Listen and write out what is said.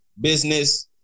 business